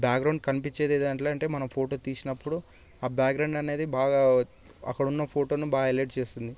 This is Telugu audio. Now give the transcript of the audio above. బ్యాగ్రౌండ్ కనిపించేదే దాంట్లో అంటే మన ఫోటో తీసినప్పుడు ఆ బ్యాగ్రౌండ్ అనేది బాగా అక్కడున్న ఫోటోను బాగా హైలైట్ చేస్తుంది